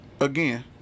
again